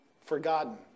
forgotten